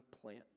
plant